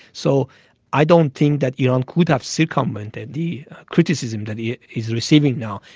so i don't think that iran could have circumvented the criticism that it is receiving now,